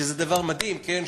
שזה דבר מדהים, כן?